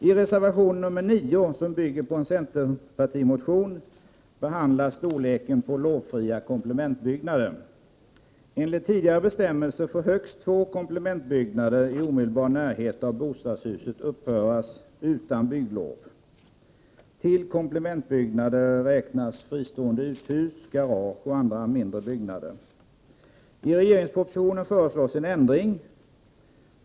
I reservation nr 9, som bygger på en centerpartimotion, behandlas storleken på lovfria komplementbyggnader. Enligt tidigare bestämmelser får högst två komplementbyggnader i omedelbar närhet av bostadshuset uppföras utan bygglov. Till komplementbyggnader räknas fristående uthus, garage och andra mindre byggnader. I regeringspropositionen föreslås en ändring.